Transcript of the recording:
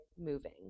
moving